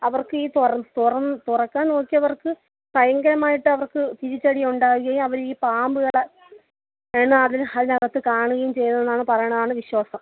അവർക്ക് ഈ തുറക്കാൻ നോക്കിയവർക്ക് ഭയങ്കരമായിട്ടവർക്ക് തിരിച്ചടിയുണ്ടാവുകയും അവർ ഈ പാമ്പുകളെ അതിനകത്തു കാണുകയും ചെയ്തെന്നാണ് പറയണതാണ് വിശ്വാസം